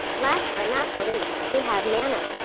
last but not the least, we have nana.